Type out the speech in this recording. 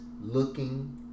looking